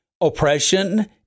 Oppression